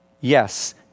Yes